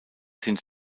sind